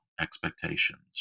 expectations